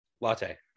Latte